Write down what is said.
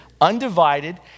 undivided